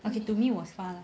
okay to me was far lah